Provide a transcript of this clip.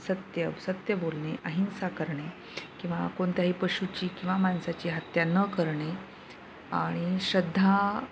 सत्य सत्य बोलणे अहिंसा करणे किंवा कोणत्याही पशुची किंवा माणसाची हत्या न करणे आणि श्रद्धा